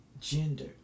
gender